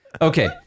Okay